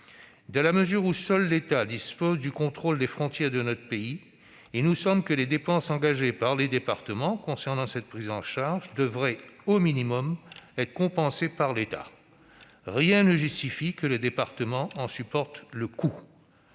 Dans la mesure où seul l'État dispose du contrôle des frontières de notre pays, il nous semble que les dépenses engagées par les départements pour cette prise en charge devraient au minimum être compensées par l'État. Rien ne justifie que les départements en supportent le coût.